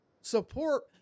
support